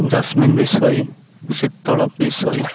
Jasmine Bishoi Sheetal Bishoi